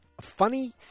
funny